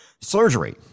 surgery